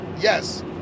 yes